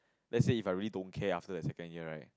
let's say if I really don't care after the second year right